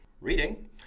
Reading